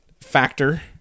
factor